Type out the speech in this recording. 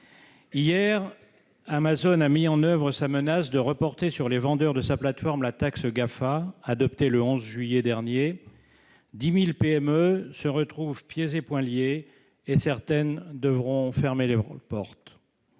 Hier, Amazon a mis en oeuvre sa menace de reporter sur les vendeurs de sa plateforme la taxe GAFA adoptée le 11 juillet dernier ; 10 000 PME se retrouvent pieds et poings liés, et certaines devront fermer leurs portes.